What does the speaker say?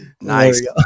Nice